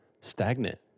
stagnant